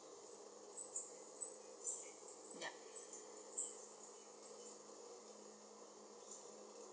yup